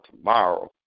tomorrow